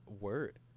word